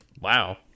Wow